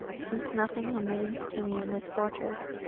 since nothing remains to me in this fortress,